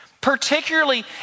particularly